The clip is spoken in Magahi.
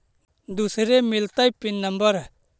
दुसरे मिलतै पिन नम्बर?